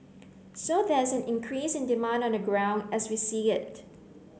so there is an increase in demand on the ground as we see it